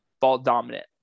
ball-dominant